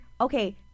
okay